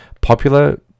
popular